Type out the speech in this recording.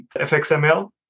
FXML